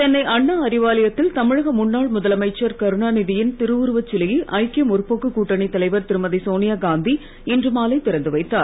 சென்னை அண்ணா அறிவாலயத்தில் தமிழக முன்னாள் முதலமைச்சர் கருணாநிதியின் திருவுருவச் சிலையை ஐக்கிய முற்போக்கு கூட்டணித் தலைவர் திருமதி சோனியாகாந்தி இன்று மாலை திறந்து வைத்தார்